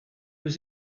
was